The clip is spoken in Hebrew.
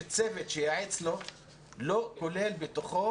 אבל איך זה שצוות שייעץ לו לא כולל בתוכו